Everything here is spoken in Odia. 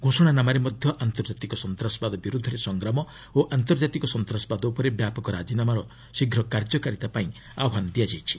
ଘୋଷଣାନାମାରେ ମଧ୍ୟ ଆନ୍ତର୍ଜାତିକ ସନ୍ତାସବାଦ ବିରୁଦ୍ଧରେ ସଂଗ୍ରାମ ଓ ଆନ୍ତର୍ଜାତିକ ସନ୍ତାସବାଦ ଉପରେ ବ୍ୟାପକ ରାଜିନାମାର ଶୀଘ୍ର କାର୍ଯ୍ୟକାରିତାପାଇଁ ଆହ୍ୱାନ ଦିଆଯାଇଛି